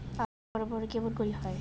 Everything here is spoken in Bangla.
আলু বড় বড় কেমন করে হয়?